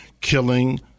killing